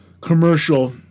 commercial